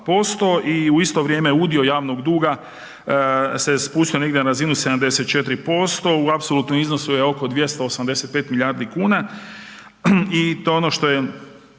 i u isto vrijeme udio javnog duga se je spustio negdje na razinu 74% u apsolutnom iznosu je oko 285 milijardi kuna i to je ono što je